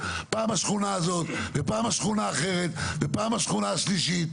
עם הרשויות הממשלתיות והמשרדים הממשלתיים,